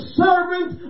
servant